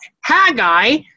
Haggai